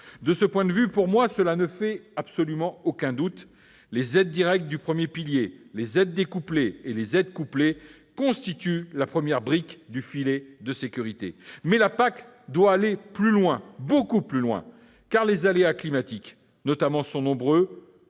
De ce point de vue, pour moi, cela ne fait absolument aucun doute : les aides directes du premier pilier, découplées et couplées, constituent la première maille du filet de sécurité. Mais la PAC doit aller plus loin, beaucoup plus loin, car les aléas climatiques, notamment, sont nombreux